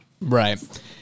Right